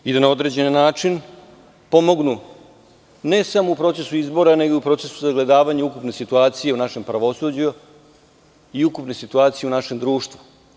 Da na određeni način pomognu ne samo u procesu izbora nego i u procesu sagledavanja ukupne situacije u našem pravosuđu i ukupne situacije u našem društvu.